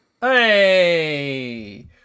Hey